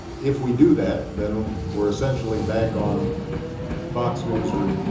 if we do that, then we're essentially back on fox news or